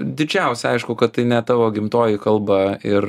didžiausia aišku kad tai ne tavo gimtoji kalba ir